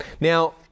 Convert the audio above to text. Now